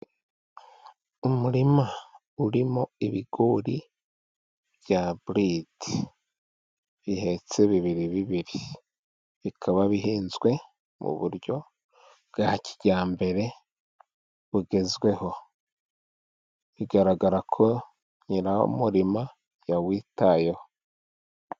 Umurima urimo ibigori bya eburide. Bihetse bibiribibiri. Bikaba bihinzwe mu buryo bwa kijyambere bugezweho. Bigaragara ko nyir'umurima yawitayeho.